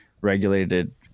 regulated